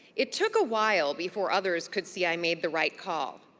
it took a while before others could see i made the right call.